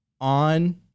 on